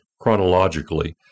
chronologically